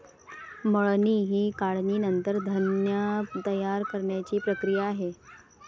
मळणी ही काढणीनंतर धान्य तयार करण्याची प्रक्रिया आहे